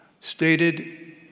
stated